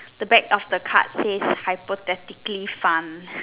the back the card says hypothetically fun